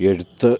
എഴുത്ത്